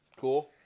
Cool